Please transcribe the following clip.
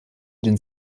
den